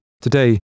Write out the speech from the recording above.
today